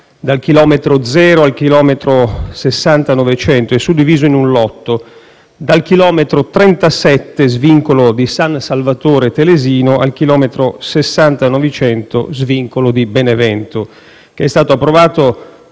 dal chilometro zero al chilometro 60-900 è suddiviso in un primo lotto dal chilometro 37, svincolo di San Salvatore Telesino, al chilometro 60-900, svincolo di Benevento (approvato